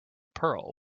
pearl